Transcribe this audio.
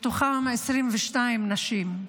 מתוכם 22 נשים.